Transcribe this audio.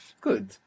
Good